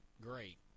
great